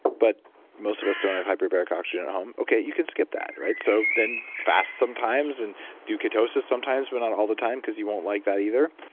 but most of us don't have hyperbaric oxygen at home okay. you can skip that. right? so then fast sometimes and do ketosis sometimes, but not all the time, because you won't like that either,